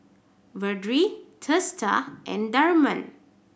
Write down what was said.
Vedre Teesta and Tharman